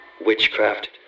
witchcraft